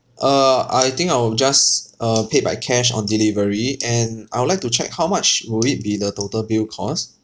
uh I think I will just uh pay by cash on delivery and I would like to check how much will it be the total bill cost